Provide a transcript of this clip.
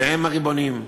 שהם הריבונים,